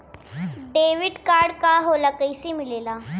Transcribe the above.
Debit card का होला कैसे मिलेला?